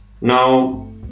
now